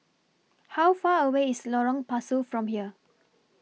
How Far away IS Lorong Pasu from here